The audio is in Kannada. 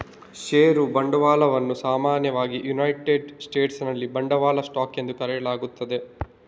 ಷೇರು ಬಂಡವಾಳವನ್ನು ಸಾಮಾನ್ಯವಾಗಿ ಯುನೈಟೆಡ್ ಸ್ಟೇಟ್ಸಿನಲ್ಲಿ ಬಂಡವಾಳ ಸ್ಟಾಕ್ ಎಂದು ಕರೆಯಲಾಗುತ್ತದೆ